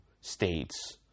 states